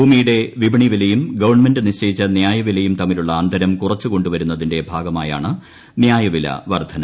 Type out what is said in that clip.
ഭൂമിയുടെ വിപണി വിലയും ഗവൺമെന്റ് നിശ്ചയിച്ച നൃായവിലയും തമ്മിലുള്ള അന്തരം കുറച്ചുകൊണ്ടുവരുന്നതിന്റെ ഭാഗമായാണ് നൃായവില വർധന